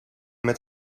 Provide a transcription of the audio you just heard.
met